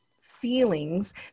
feelings